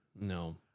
No